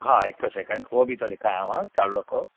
हा हिकु सेकंड उहो बि थो ॾेखारियाव चालू रखो